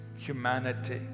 Humanity